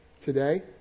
today